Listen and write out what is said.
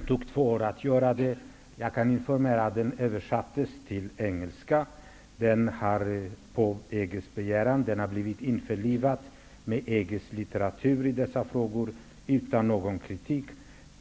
Det tog två år att göra den. Jag kan informera om att den har översatts till engelska. Den har införlivats med EG:s litteratur i dessa frågor utan någon kritik.